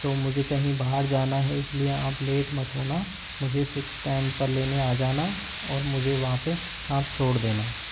तो मुझे कहीं बाहर जाना है इसलिए आप लेट मत होना मुझे फिक्स टाइम पर लेने आ जाना और मुझे वहाँ पे आप छोड़ देना